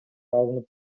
алынып